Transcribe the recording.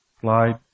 Slide